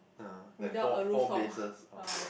ah that four four bases oh okay